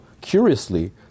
curiously